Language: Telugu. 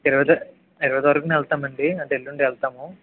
ఇరవై తా ఇరవై తారీఖున వెళ్తాం అండి అంటే ఎల్లుండి వెళ్తాము